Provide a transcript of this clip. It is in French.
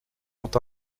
ont